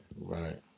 Right